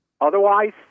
Otherwise